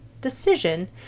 decision